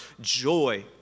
joy